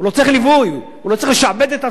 הוא לא צריך ליווי, הוא לא צריך לשעבד את עצמו,